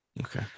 Okay